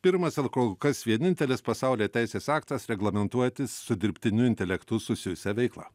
pirmas ir kol kas vienintelis pasaulyje teisės aktas reglamentuojantis su dirbtiniu intelektu susijusią veiklą